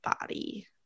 body